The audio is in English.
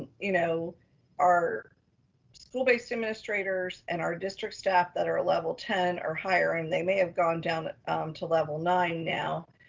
you know our school-based administrators and our district staff that are level ten or higher, and they may have gone down to level nine now.